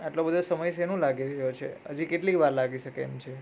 આટલો બધો સમય શેનો લાગે છે હજી કેટલી વાર લાગી શકે એમ છે